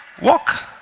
Walk